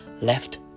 left